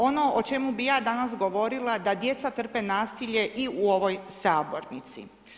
Ono o čemu bi ja danas govorila, da djeca trpe nasilje u ovoj sabornici.